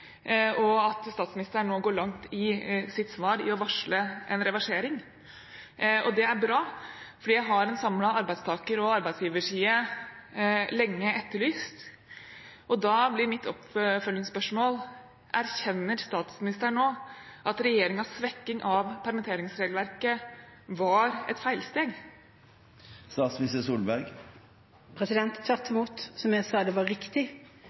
og at statsministeren nå går langt i sitt svar i å varsle en reversering. Det er bra, fordi det har en samlet arbeidstaker- og arbeidsgiverside lenge etterlyst. Da blir mitt oppfølgingsspørsmål: Erkjenner statsministeren nå at regjeringens svekking av permitteringsregelverket var et feilsteg? Tvert imot, som jeg sa, var det riktig.